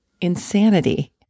insanity